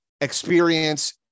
experience